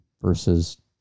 versus